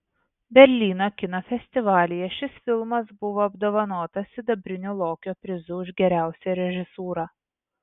berlyno kino festivalyje šis filmas buvo apdovanotas sidabrinio lokio prizu už geriausią režisūrą